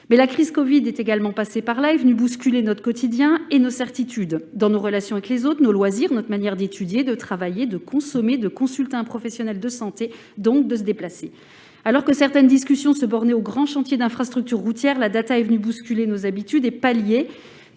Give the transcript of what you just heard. La crise du covid-19 est passée par là, venant bousculer notre quotidien et nos certitudes dans nos relations avec les autres, nos loisirs, notre manière d'étudier, de travailler, de consommer, de consulter un professionnel de santé et, partant, de nous déplacer. Alors que certaines discussions se bornaient aux grands chantiers d'infrastructures routières, les data sont venues bousculer nos habitudes et pallier